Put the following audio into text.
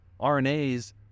RNAs